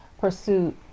pursuit